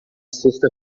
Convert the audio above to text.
sexta